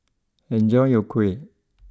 enjoy your Kuih